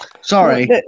sorry